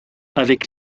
avec